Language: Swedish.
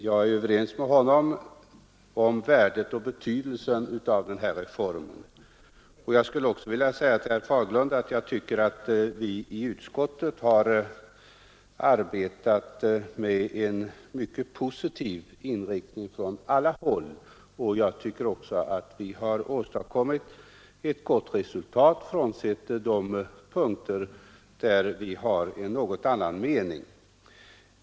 Jag är överens med herr Fagerlund om värdet och betydelsen av den här reformen, och jag skulle också vilja säga till herr Fagerlund att jag tycker att vi i utskottet har arbetat med en mycket positiv inriktning från alla håll och att vi har åstadkommit ett gott resultat, frånsett de punkter där vi i reservation har framfört en annan mening.